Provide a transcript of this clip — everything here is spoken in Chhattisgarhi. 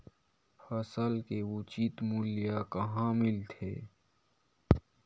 फसल के उचित मूल्य कहां मिलथे?